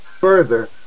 Further